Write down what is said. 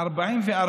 44